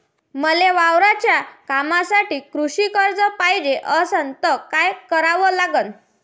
मले वावराच्या कामासाठी कृषी कर्ज पायजे असनं त काय कराव लागन?